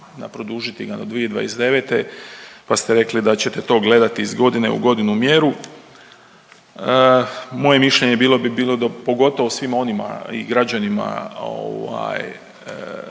da produžiti ga na 2029. pa ste rekli da ćete to gledati iz godine u godinu mjeru. Moje mišljenje bilo bi bilo pogotovo svima onima i građanima ovaj